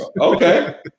Okay